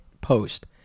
post